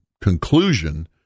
conclusion